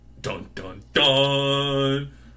dun-dun-dun